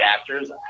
actors